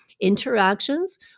Interactions